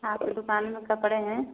आपकी दुकान में कपड़े हैं